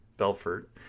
Belfort